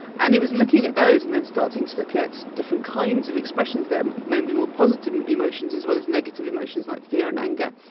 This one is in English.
and it was looking at those and then starting to look at different kinds of expressions that may be more positive emotions as well as negative emotions, like fear and anger,